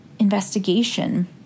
investigation